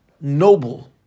noble